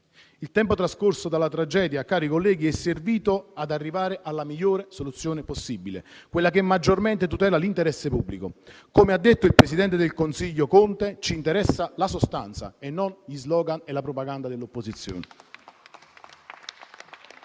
Il tempo trascorso dalla tragedia è servito ad arrivare alla migliore soluzione possibile, quella che maggiormente tutela l'interesse pubblico. Come ha detto il presidente del Consiglio Conte, ci interessa la sostanza e non gli *slogan* e la propaganda dell'opposizione.